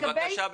בבקשה,